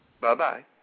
Bye-bye